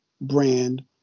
brand